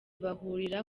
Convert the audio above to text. bahurira